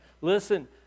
Listen